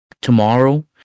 tomorrow